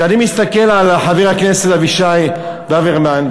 כשאני מסתכל על חבר הכנסת אבישי ברוורמן,